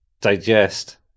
digest